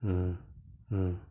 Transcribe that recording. ம் ம்